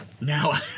Now